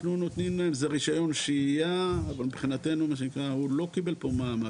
אנחנו נותנים להם רישיון שהייה אבל הוא לא קיבל פה מעמד,